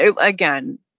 again